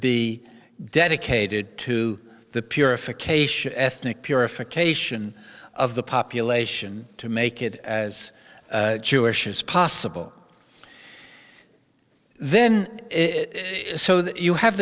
be dedicated to the purification ethnic purification of the population to make it as jewish as possible then it so that you have